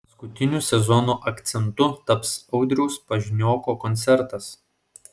paskutiniu sezono akcentu taps audriaus paznioko koncertas